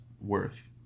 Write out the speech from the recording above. worth